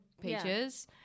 pages